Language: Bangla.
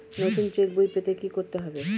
নতুন চেক বই পেতে কী করতে হবে?